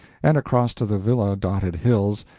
and across to the villa-dotted hills,